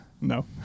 no